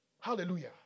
Hallelujah